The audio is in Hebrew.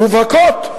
מובהקות.